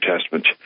Testament